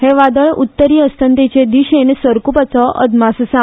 हैं वादळ उत्तरी अस्तंतेचे दिशेन सरकूपाचो अदमास आसा